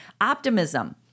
Optimism